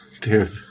Dude